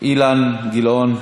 אילן גילאון.